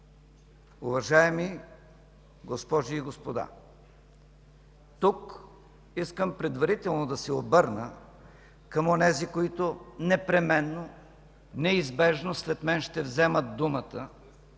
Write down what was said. Уважаеми госпожи и господа, тук искам предварително да се обърна към онези, които непременно, неизбежно след мен ще вземат думата,